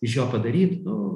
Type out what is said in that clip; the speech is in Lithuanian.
iš jo padaryt nu